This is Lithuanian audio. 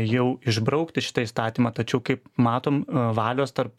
jau išbraukti šitą įstatymą tačiau kaip matom valios tarp